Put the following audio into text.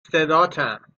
صداتم